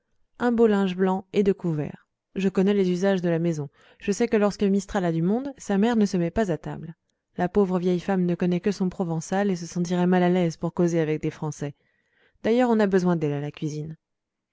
un beau linge blanc et deux couverts je connais les usages de la maison je sais que lorsque mistral a du monde sa mère ne se met pas à table la pauvre vieille femme ne connaît que son provençal et se sentirait mal à l'aise pour causer avec des français d'ailleurs on a besoin d'elle à la cuisine